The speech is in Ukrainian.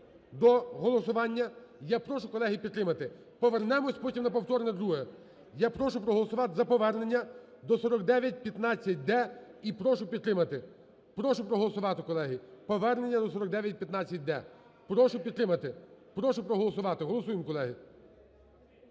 до голосування. Я прошу колеги підтримати. Повернемося, потім – на повторне друге. Я прошу проголосувати за повернення до 4915-д і прошу підтримати. Прошу проголосувати, колеги, повернення до 4915-д. Прошу підтримати. Прошу проголосувати, голосуємо колеги.